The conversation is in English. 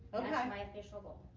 yeah my official goal.